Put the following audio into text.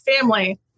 family